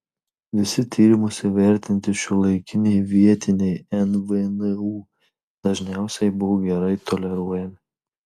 visi tyrimuose vertinti šiuolaikiniai vietiniai nvnu dažniausiai buvo gerai toleruojami